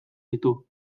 ditu